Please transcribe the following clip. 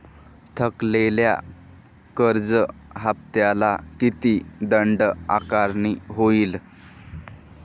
थकलेल्या कर्ज हफ्त्याला किती दंड आकारणी होईल?